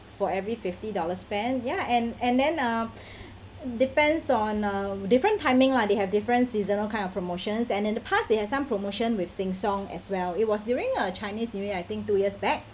for every fifty dollars spent ya and and then uh depends on a different timing lah they have different seasonal kind of promotions and in the past they have some promotion with sheng siong as well it was during a chinese new year I think two years back